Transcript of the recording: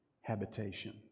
habitation